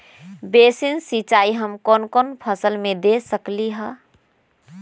Basin सिंचाई हम कौन कौन फसल में दे सकली हां?